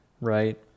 right